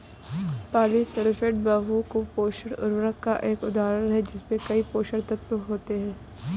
polysulphate बहु पोषक उर्वरक का एक उदाहरण है जिसमें कई पोषक तत्व होते हैं